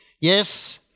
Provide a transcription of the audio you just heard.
Yes